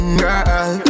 girl